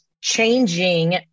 changing